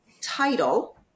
title